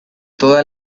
toda